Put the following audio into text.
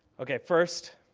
okay, first